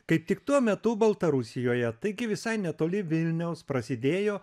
kaip tik tuo metu baltarusijoje taigi visai netoli vilniaus prasidėjo